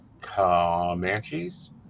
Comanches